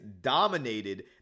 dominated